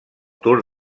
tour